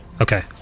Okay